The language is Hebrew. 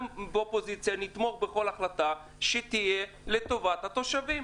גם באופוזיציה, בכל החלטה שתהיה לטובת התושבים.